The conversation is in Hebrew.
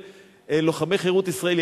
לוחמי חירות ישראל,